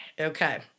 okay